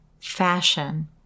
fashion